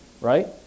Right